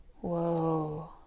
Whoa